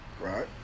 Right